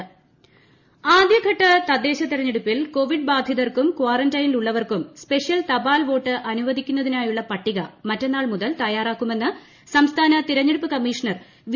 കൃഷ്ണികൃഷ്ണ special തപാൽ vote ആദ്യഘട്ട തദ്ദേശ തിരഞ്ഞെടുപ്പിൽ കോവിഡ് ബാധിതർക്കും കാറന്റീനിലുള്ളവർക്കും സ്പെഷ്യൽ തപാൽ വോട്ട് അനുവദിക്കുന്നതിനായുള്ള പട്ടിക മറ്റന്നാൾ മുതൽ തയ്യാറാക്കു മെന്ന് സംസ്ഥാന തിരഞ്ഞെടുപ്പ് കമ്മീഷണർ വി